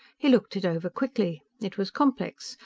he looked it over quickly. it was complex,